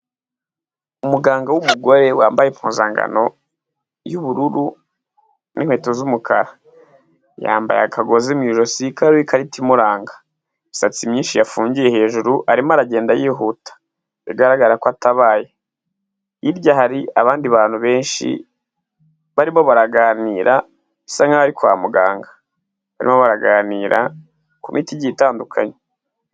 Umuganga w'umugore wambaye impuzankano y'ubururu, n'inkweto z'umukara, yambaye akagozi mu ijosi kariho ikarita imuranga, imisatsi myinshi yafungiye hejuru arimo aragenda yihuta, bigaragara ko atabaye, hirya hari abandi bantu benshi barimo baraganira, bisa nkaho ari kwa muganga, barimo baraganira ku miti igiye itandukanye,